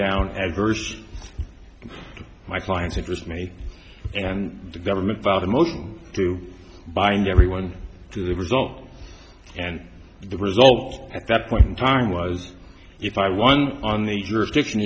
down adverse to my client interest me and the government about a motion to bind everyone to the result and the result at that point in time was if i won on the jurisdiction